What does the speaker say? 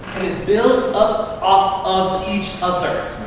and it builds up off of each other.